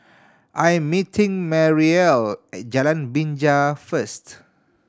I'm meeting Mariel at Jalan Binja first